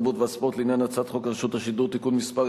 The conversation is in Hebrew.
התרבות והספורט לעניין הצעת חוק רשות השידור (תיקון מס'